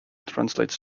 translates